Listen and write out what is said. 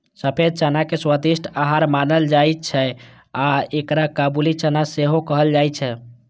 सफेद चना के स्वादिष्ट आहार मानल जाइ छै आ एकरा काबुली चना सेहो कहल जाइ छै